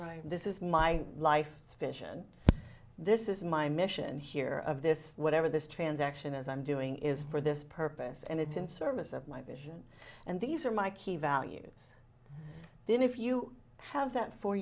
where this is my life vision this is my mission here of this whatever this transaction is i'm doing is for this purpose and it's in service of my vision and these are my key values then if you have that for